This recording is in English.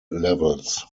levels